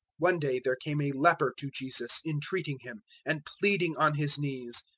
one day there came a leper to jesus entreating him, and pleading on his knees.